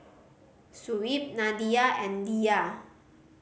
Shuib Nadia and Dhia